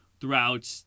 throughout